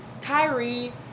Kyrie